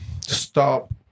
stop